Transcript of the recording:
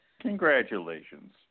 congratulations